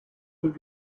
have